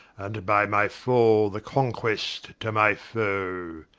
and by my fall, the conquest to my foe.